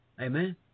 Amen